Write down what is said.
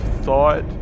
thought